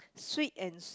sweet and